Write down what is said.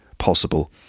possible